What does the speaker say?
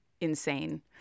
insane